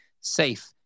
safe